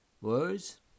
words